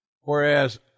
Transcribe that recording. whereas